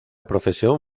profesión